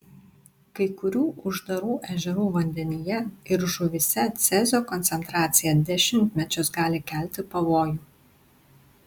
kai kurių uždarų ežerų vandenyje ir žuvyse cezio koncentracija dešimtmečius gali kelti pavojų